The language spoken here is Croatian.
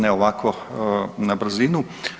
Ne ovako na brzinu.